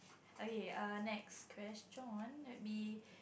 okay err next question would be